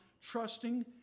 trusting